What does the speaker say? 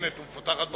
מתוקנת ומפותחת בעולם,